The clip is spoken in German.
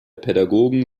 pädagogen